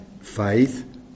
faith